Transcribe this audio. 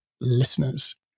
listeners